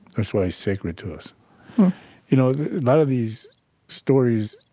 that's why it's sacred to us you know, a lot of these stories,